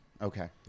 Okay